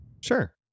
Sure